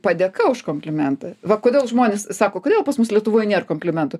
padėka už komplimentą va kodėl žmonės sako kodėl pas mus lietuvoj nėr komplimentų